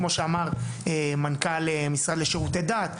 כמו שאמר מנכ"ל משרד לשירותי דת,